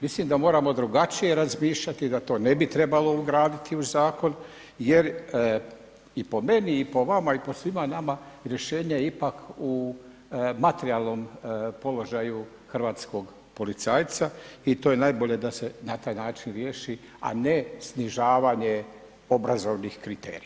Mislim da moramo drugačije razmišljati, da to ne bi trebali ugraditi u zakon, jer i po meni i po vama i po svima nama, rješenje je ipak u materijalnom položaju hrvatskog policajca i to je najbolje da se na taj način riješi, a ne snižavanje obrazovnih kriterija.